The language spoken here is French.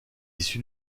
issue